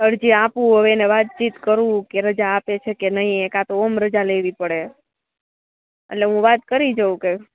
અરજી આપું હવે એને વાતચીત કરું કે રજા આપે છે કે નહીં એ કાતો આમ રજા લેવી પડે એટલે હું વાત કરી જોવું કે